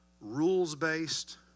rules-based